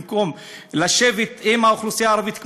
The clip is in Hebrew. במקום לשבת עם האוכלוסייה הערבית,